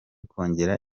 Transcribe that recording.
kongera